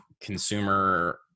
consumer